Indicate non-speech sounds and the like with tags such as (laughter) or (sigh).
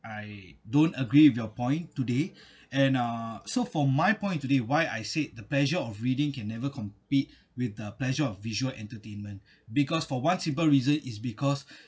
I don't agree with your point today (breath) and uh so for my point today why I said the pleasure of reading can never compete with the pleasure of visual entertainment because for one simple reason is because